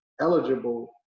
eligible